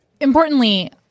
Importantly